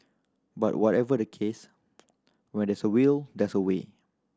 but whatever the case when there's a will there's a way